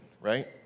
right